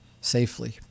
safely